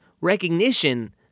recognition